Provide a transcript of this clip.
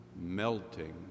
melting